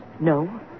No